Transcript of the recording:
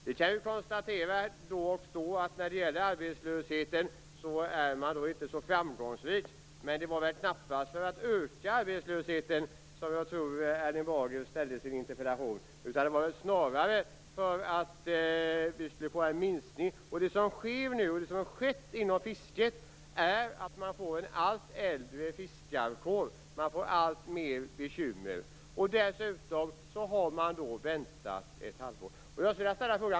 Vi kan då och då konstatera att man när det gäller arbetslösheten inte är så framgångsrik, men det var knappast för att öka arbetslösheten som Erling Bager ställde sin interpellation utan snarare för att få till stånd en minskning. Vad som skett inom fisket är att man får en allt äldre fiskarkår, alltmer bekymmer. Dessutom har man nu väntat ett halvår.